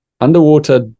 underwater